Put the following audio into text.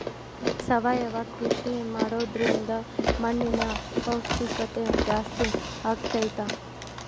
ಸಾವಯವ ಕೃಷಿ ಮಾಡೋದ್ರಿಂದ ಮಣ್ಣಿನ ಪೌಷ್ಠಿಕತೆ ಜಾಸ್ತಿ ಆಗ್ತೈತಾ?